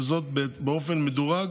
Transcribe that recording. וזאת באופן מדורג